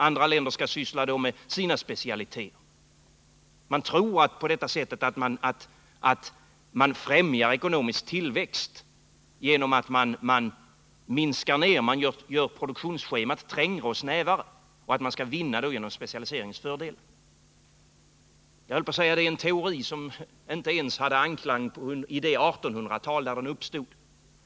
Andra länder skall syssla med sina specialiteter. Genom att minska ner och göra produktionsschemat längre och snävare och dra nytta av specialiseringens fördelar tror man sig kunna främja en ekonomisk tillväxt. Det är en teori som inte ens hade anklang i det 1800-tal där den uppstod.